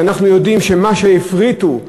אנחנו יודעים שמה שהפריטו,